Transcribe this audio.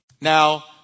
Now